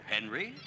Henry